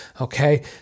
Okay